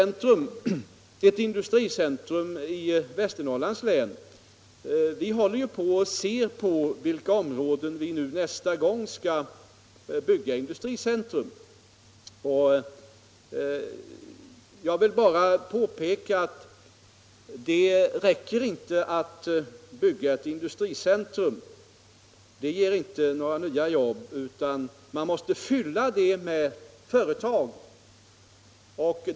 Frågan om ett industricentrum i Västernorrlands län tog herr Lorentzon också upp. Vi håller nu på att undersöka i vilka områden vi skall bygga industricentra. Jag vill här påpeka att det inte räcker med att bara bygga ett industricentrum — det ger inte några nya jobb — utan man måste fylla det med företag.